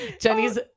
jenny's